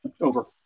over